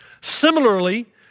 Similarly